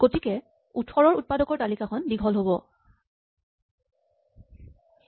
গতিকে ১৮ ৰ উৎপাদকৰ তালিকাখন দীঘল হ'ব